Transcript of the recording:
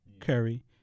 Curry